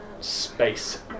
space